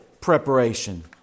preparation